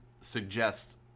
suggest